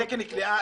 תקן כליאה,